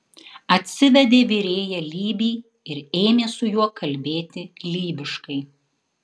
atsivedė virėją lybį ir ėmė su juo kalbėti lybiškai